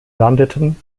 landeten